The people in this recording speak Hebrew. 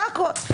זה הכול.